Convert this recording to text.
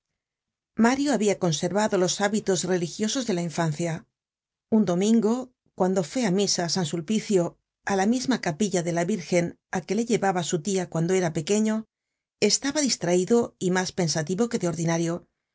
mario habia conservado los hábitos religiosos de la infancia un domingo que fué á misa á san sulpicio á la misma capilla de la virgen á que le llevaba su tia cuando era pequeño estaba distraido y mas pensativo que de ordinario